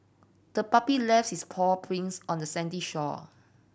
the puppy lefts its paw prints on the sandy shore